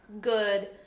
good